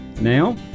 Now